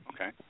Okay